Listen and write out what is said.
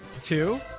Two